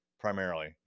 primarily